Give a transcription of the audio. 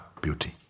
beauty